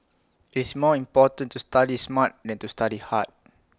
it's more important to study smart than to study hard